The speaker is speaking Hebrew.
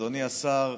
אדוני השר,